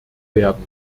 werden